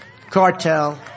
cartel